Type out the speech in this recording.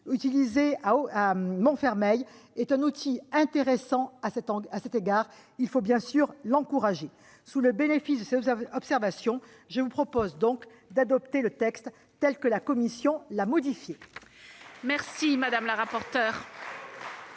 le PREP -est un outil intéressant à cet égard, qu'il faut bien sûr encourager. Sous le bénéfice de ces observations, je vous propose d'adopter le texte tel que la commission l'a modifié.